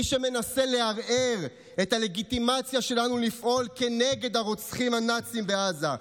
מי שמנסה לערער את הלגיטימציה שלנו לפעול כנגד הרוצחים הנאצים בעזה,